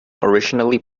originally